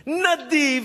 נדיב,